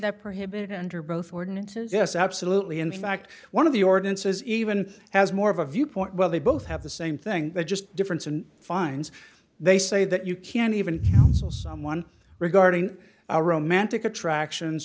that prohibited under both ordinances yes absolutely in fact one of the ordinances even has more of a viewpoint well they both have the same thing just difference and fines they say that you can't even someone regarding a romantic attractions